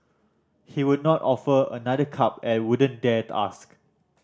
he would not offer another cup and wouldn't dare ask